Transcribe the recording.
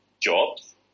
jobs